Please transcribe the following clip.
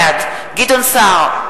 בעד גדעון סער,